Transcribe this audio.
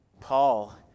Paul